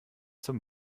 zum